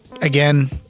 again